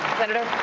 senator.